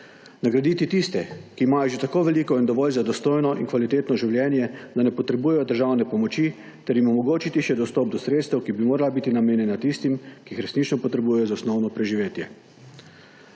nagraditi tiste, ki imajo že tako veliko in dovolj za dostojno in kvalitetno življenje, da ne potrebujejo državne pomoči, ter jim omogočiti še dostop do sredstev, ki bi morala biti namenjena tistim, ki jih resnično potrebujejo za osnovno preživetje.